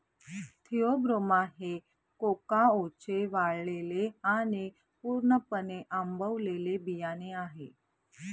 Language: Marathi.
थिओब्रोमा हे कोकाओचे वाळलेले आणि पूर्णपणे आंबवलेले बियाणे आहे